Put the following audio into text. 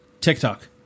TikTok